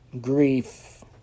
grief